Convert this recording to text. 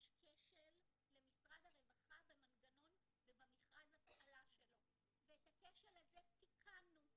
יש כשל למשרד הרווחה במנגנון ובמכרז ההפעלה הזו ואת הכשל הזה תיקנו.